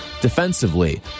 defensively